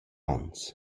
ons